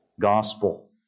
gospel